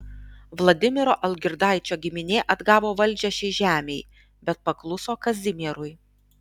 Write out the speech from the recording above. vladimiro algirdaičio giminė atgavo valdžią šiai žemei bet pakluso kazimierui